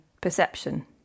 perception